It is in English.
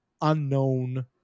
unknown